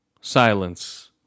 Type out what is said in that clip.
silence